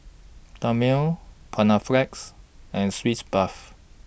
Dermale Panaflex and Sitz Bath